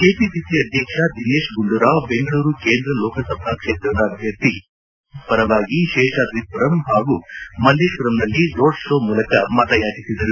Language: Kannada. ಕೆಪಿಸಿಸಿ ಅಧ್ಯಕ್ಷ ದಿನೇಶ್ ಗುಂಡೂರಾವ್ ಬೆಂಗಳೂರು ಕೇಂದ್ರ ಲೋಕಸಭಾ ಕ್ಷೇತ್ರದ ಅಭ್ಯರ್ಥಿ ರಿಜ್ವಾನ್ ಅರ್ಷದ್ ಪರವಾಗಿ ಶೇಷಾದ್ರಿಮರಂ ಹಾಗೂ ಮಲ್ಲೇಶ್ವರಂನಲ್ಲಿ ರೋಡ್ ಶೋ ಮೂಲಕ ಮತಯಾಚಿಸಿದರು